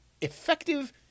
effective